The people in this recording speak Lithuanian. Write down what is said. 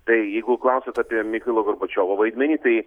tai jeigu klausiat apie michailo gorbačiovo vaidmenį tai